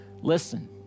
listen